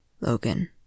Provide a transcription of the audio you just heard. Logan